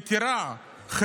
יתרה מזו,